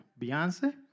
Beyonce